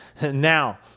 now